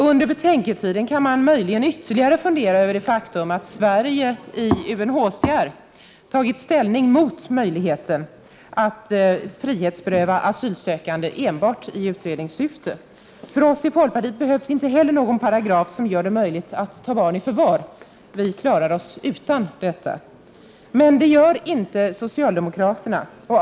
Under betänketiden kan man möjligen ytterligare fundera över det faktum att Sverige i UNHCR tagit ställning mot möjligheten att frihetsberöva asylsökande enbart i utredningssyfte. För oss i folkpartiet behövs inte heller någon paragraf som gör det möjligt att ta barn i förvar. Vi klarar oss utan detta. Men det gör inte socialdemokraterna.